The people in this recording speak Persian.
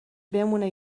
بمونه